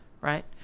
Right